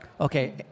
Okay